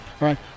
right